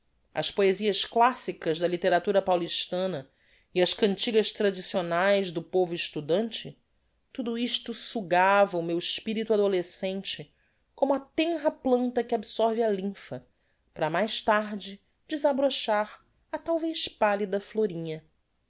as poesias classicas da litteratura paulistana e as cantigas tradiccionaes do povo estudante tudo isto sugava o meu espirito adolescente como a tenra planta que absorve a limpha para mais tarde desabrochar a talvez pallida florinha